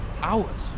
Hours